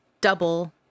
double